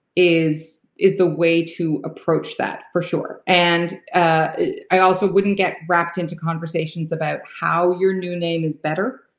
is is the way to approach that for sure. and i also wouldn't get wrapped into conversations about how your new name is better.